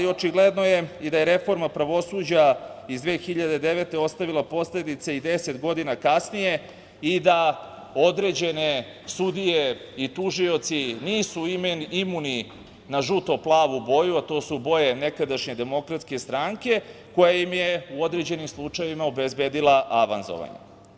Očigledno je i da je reforma pravosuđa iz 2009. godine ostavila posledice i 10 godina kasnije i da određene sudije i tužioci nisu imuni na žuto-plavu boju, a to su boje nekadašnje Demokratske stranke, koja im je u određenim slučajevima obezbedila avanzovanje.